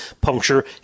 puncture